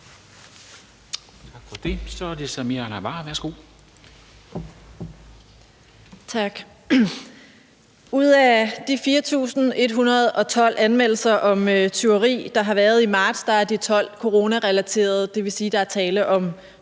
Ud af de 4.112 anmeldelser om tyveri, der har været i marts, er de 12 coronarelaterede. Det vil sige, at der er tale om